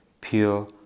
pure